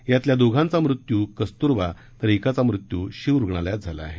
यातील दोघांचा मृत्यू कस्तूरबा तर एकाचा मृत्यू शीव रुग्णालयात झाला आहे